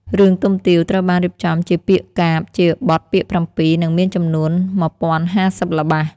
រឿងទុំទាវត្រូវបានរៀបចំជាពាក្យកាព្យ ជាបទពាក្យ៧ និងមានចំនួន១០៥០ល្បះ។